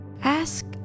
Ask